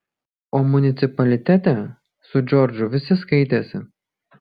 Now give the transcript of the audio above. o municipalitete su džordžu visi skaitėsi